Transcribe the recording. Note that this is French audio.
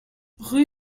rue